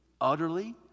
utterly